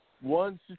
one